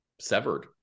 severed